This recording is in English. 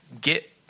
get